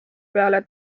peale